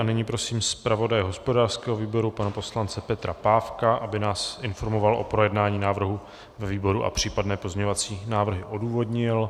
Nyní prosím zpravodaje hospodářského výboru pana poslance Petra Pávka, aby nás informoval o projednání návrhu ve výboru a případné pozměňovací návrhy odůvodnil.